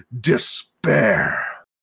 despair